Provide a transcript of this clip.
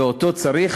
ואותו צריך